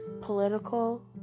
political